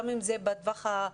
גם אם הוא בטווח הרחוק,